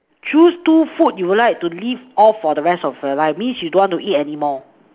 choose two food you like to live off for the rest of your life means you don't want to eat anymore